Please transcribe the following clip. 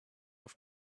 off